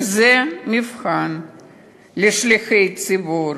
שזה מבחן לשליחי ציבור,